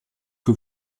que